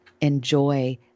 enjoy